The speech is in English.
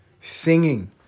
singing